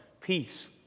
peace